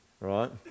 right